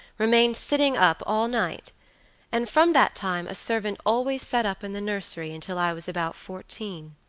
remained sitting up all night and from that time a servant always sat up in the nursery until i was about fourteen.